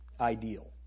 ideal